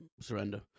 surrender